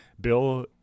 Bill